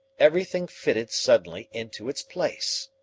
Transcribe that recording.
everything fitted suddenly into its place.